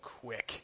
quick